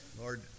Lord